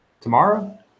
tomorrow